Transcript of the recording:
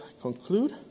conclude